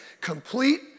complete